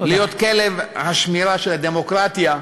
להיות כלב השמירה של הדמוקרטיה,